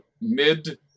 mid